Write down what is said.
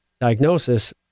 diagnosis